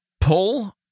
pull